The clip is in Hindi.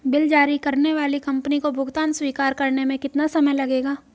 बिल जारी करने वाली कंपनी को भुगतान स्वीकार करने में कितना समय लगेगा?